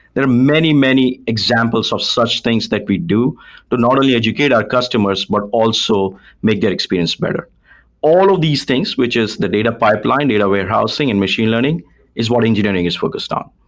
there are many, many examples of such things that we do to not only educate our customers, but also make their experience better all of these things, which is the data pipeline, data warehousing and machine learning is what engineering is focused on.